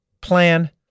plan